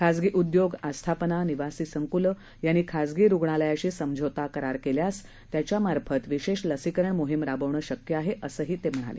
खाजगी उद्योग आस्थापना निवासी संकूलं यांनी खाजगी रुग्णालयाशी समझौता करार केल्यास त्यांच्यामार्फत विशेष लसीकरण मोहिम राबवता येणं शक्य आहे असंही ते म्हणाले